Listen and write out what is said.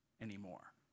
anymore